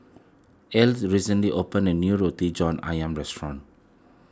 Ezell recently opened a new Roti John Ayam Restaurant